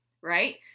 right